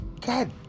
God